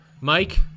mike